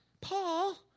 Paul